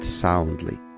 soundly